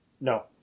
No